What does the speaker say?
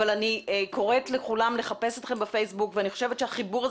אבל אני קוראת לכולם לחפש אתכם בפייסבוק ואני חושבת שהחיבור הזה